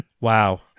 Wow